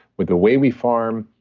with the way we farm,